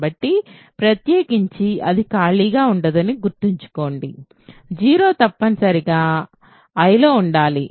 కాబట్టి ప్రత్యేకించి అది ఖాళీగా ఉండదు గుర్తుంచుకోండి 0 తప్పనిసరిగా I లో ఉండాలి